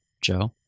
joe